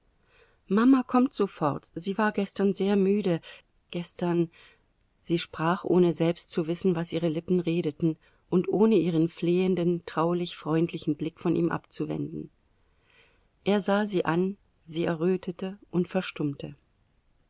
mama kommt sofort sie war gestern sehr müde gestern sie sprach ohne selbst zu wissen was ihre lippen redeten und ohne ihren flehenden traulich freundlichen blick von ihm abzuwenden er sah sie an sie errötete und verstummte